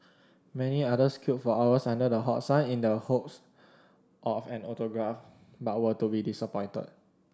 many others queued for hours under the hot sun in the hopes of an autograph but were to be disappointed